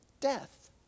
death